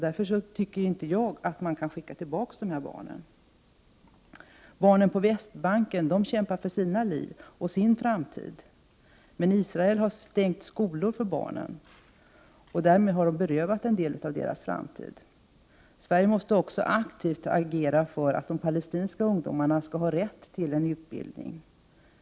Därför tycker jag inte att man kan skicka tillbaka de barnen. Barnen på Västbanken kämpar för sina liv och sin framtid. Men Israel har stängt deras skolor, och därmed berövas de en del av sin framtid. Sverige måste aktivt agera för de palestinska ungdomarnas självklara rätt till utbildning.